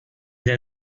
der